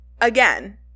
again